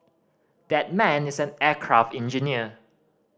that man is an aircraft engineer